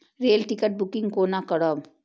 Rail ticket booking कोना करब?